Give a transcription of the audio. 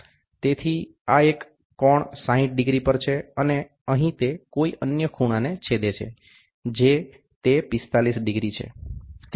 તેથી આ એક કોણ 60 ડિગ્રી પર છે અને અહીં તે કોઈ અન્ય ખૂણાને છેદે છે જે તે 45 ડિગ્રી છે